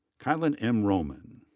kylan m. roman.